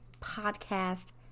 podcast